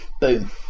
Boom